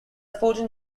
fourteen